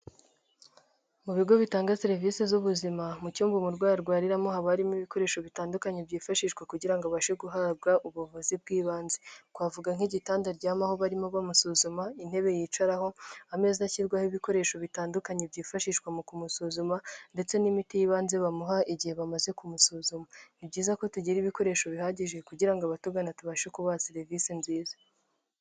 Mu bigo bitanga serivisi z'ubuzima mu cyumba umurwayi arwariramo haba harimo ibikoresho bitandukanye byifashishwa kugira abashe guhabwa ubuvuzi bw'ibanze, twavuga nk'igitanda aryamaho barimo bamusuzuma, intebe yicaraho, ameza ashyirwaho ibikoresho bitandukanye byifashishwa mu kumusuzuma ndetse n'imiti y'ibanze bamuha igihe bamaze kumusuzuma. Ni byiza ko tugira ibikoresho bihagije kugira ngo abatugana tubashe kubaha serivise nziza.